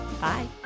Bye